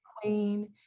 queen